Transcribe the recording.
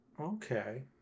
Okay